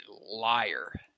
liar